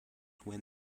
when